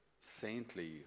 saintly